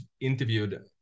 interviewed